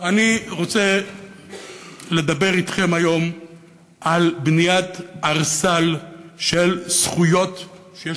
אני רוצה לדבר אתכם היום על בניית ערסל של זכויות שיש